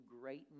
great